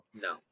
No